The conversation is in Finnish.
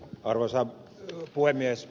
arvoisa puhemies